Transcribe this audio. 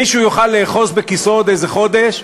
מישהו יוכל לאחוז בכיסאו עוד איזה חודש,